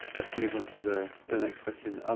let's move on to the to the next question.